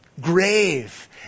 grave